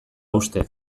uste